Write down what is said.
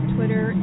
Twitter